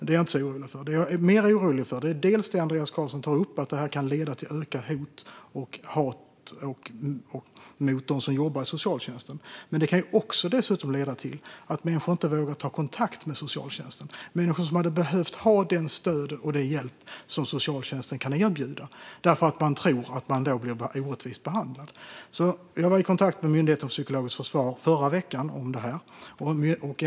Det jag är mer orolig för är dels vad Andreas Carlson tar upp om att kampanjen kan leda till ökat hot och hat mot dem som jobbar i socialtjänsten, dels att människor inte vågar ta kontakt med socialtjänsten - det gäller människor som behöver det stöd och den hjälp som socialtjänsten kan erbjuda - eftersom de tror att de ska bli orättvist behandlade. Jag var i kontakt med Myndigheten för psykologiskt försvar i förra veckan.